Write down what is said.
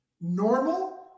normal